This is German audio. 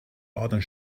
adern